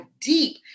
deep